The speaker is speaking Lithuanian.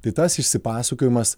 tai tas išsipasakojimas